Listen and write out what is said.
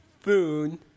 food